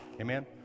Amen